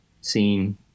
Seen